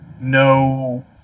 no